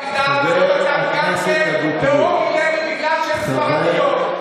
לא נתן לאלי אבידר וגם לאורלי לוי בגלל שהם ספרדים.